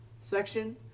section